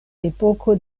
epoko